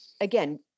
Again